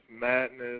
madness